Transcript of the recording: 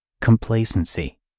complacency